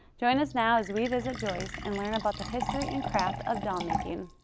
join us now as we visit joyce and learn about the history and craft of doll making.